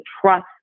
trust